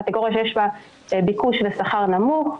קטגוריה שיש בה ביקוש בשכר נמוך,